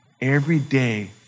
everyday